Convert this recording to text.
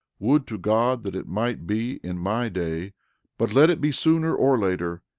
would to god that it might be in my day but let it be sooner or later,